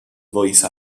voice